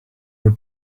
more